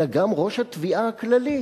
אלא גם ראש התביעה הכללית,